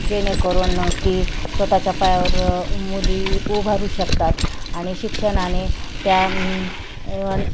जेणेकरून की स्वतःच्या पायावर मुली उभं राहू शकतात आणि शिक्षणाने त्या वन